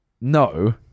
No